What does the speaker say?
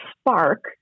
spark